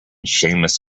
seamus